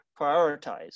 prioritize